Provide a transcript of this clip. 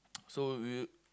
so we